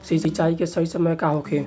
सिंचाई के सही समय का होखे?